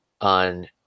on